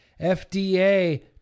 FDA